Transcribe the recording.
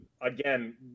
again